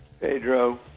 Pedro